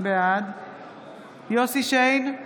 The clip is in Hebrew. בעד יוסף שיין,